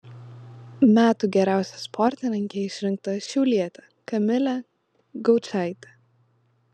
metų geriausia sportininke išrinkta šiaulietė kamilė gaučaitė